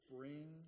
Bring